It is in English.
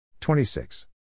26